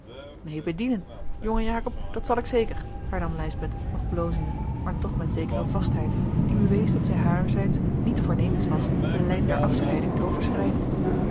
bedienen jonge jacob dat zal ik zeker hernam lijsbeth nog blozende maar toch met zekere vastheid die bewees dat zij harerzijds niet voornemens was de lijn der afscheiding te overschrijden